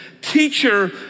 teacher